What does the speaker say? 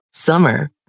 Summer